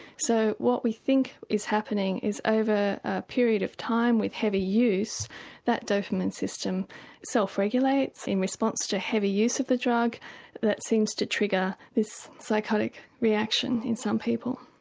so what we think is happening is over a period of time with heavy use that dopamine system self regulates in response to heavy use of the drug but that seems to trigger this psychotic reaction in some people.